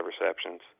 receptions